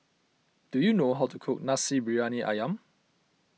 do you know how to cook Nasi Briyani Ayam